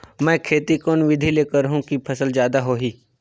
मै खेती कोन बिधी ल करहु कि फसल जादा होही